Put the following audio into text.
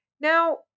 now